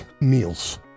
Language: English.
meals